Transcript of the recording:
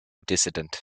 dissident